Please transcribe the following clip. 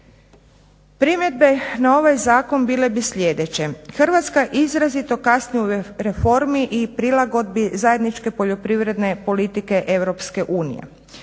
Primjedbe na ovaj zakon bile bi sljedeće: Hrvatska izrazito kasni u reformi i prilagodbi zajedničke poljoprivredne politike